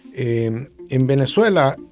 in in venezuela,